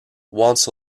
once